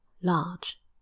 large